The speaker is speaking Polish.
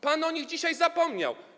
Pan o nich dzisiaj zapomniał.